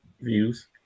Views